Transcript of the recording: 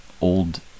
old